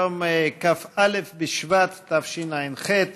היום כ"א בשבט התשע"ח,